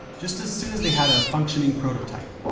just as s oon as they had a functioning prototype,